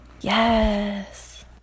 Yes